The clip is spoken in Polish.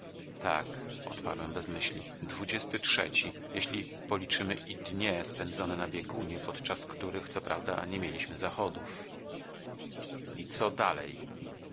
tak odparłem bez myśli dwudziesty trzeci jeśli policzymy i dnie spędzone na biegunie podczas których co prawda nie mieliśmy zachodów i co dalej